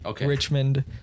Richmond